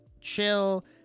chill